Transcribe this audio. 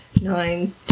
nine